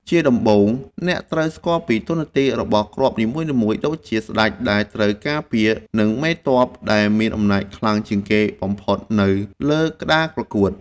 ជាដំបូងអ្នកត្រូវស្គាល់ពីតួនាទីរបស់គ្រាប់នីមួយៗដូចជាស្តេចដែលត្រូវការពារនិងមេទ័ពដែលមានអំណាចខ្លាំងជាងគេបំផុតនៅលើក្តារប្រកួត។